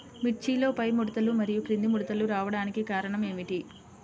మిర్చిలో పైముడతలు మరియు క్రింది ముడతలు రావడానికి కారణం ఏమిటి?